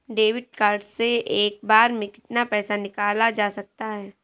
Debit card से एक बार में कितना पैसा निकाला जा सकता है?